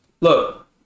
Look